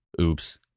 oops